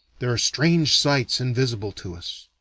there are strange sights invisible to us.